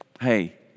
hey